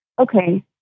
Okay